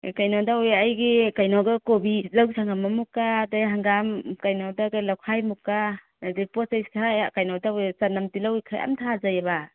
ꯀꯩꯅꯣ ꯇꯧꯋꯤ ꯑꯩꯒꯤ ꯀꯩꯅꯣꯒ ꯀꯣꯕꯤ ꯂꯧ ꯁꯪꯉꯝ ꯑꯃꯃꯨꯛꯀ ꯑꯗꯒꯤ ꯍꯪꯒꯥꯝ ꯀꯩꯅꯣꯗ ꯂꯧꯈꯥꯏꯃꯨꯛꯀ ꯑꯗꯒꯤ ꯄꯣꯠ ꯆꯩ ꯈꯔ ꯀꯩꯅꯣ ꯇꯧꯋꯦ ꯆꯅꯝ ꯇꯤꯜꯍꯧ ꯈꯔ ꯌꯥꯝ ꯊꯥꯖꯩꯌꯦꯕ